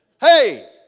Hey